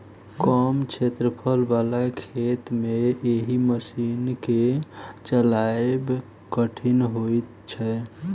कम क्षेत्रफल बला खेत मे एहि मशीन के चलायब कठिन होइत छै